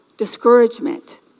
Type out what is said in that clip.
discouragement